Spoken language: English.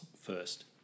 first